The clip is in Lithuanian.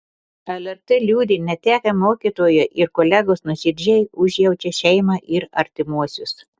lrt liūdi netekę mokytojo ir kolegos nuoširdžiai užjaučia šeimą ir artimuosius